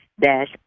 dash